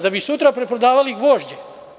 Da bi sutra preprodavali gvožđe?